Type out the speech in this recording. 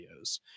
videos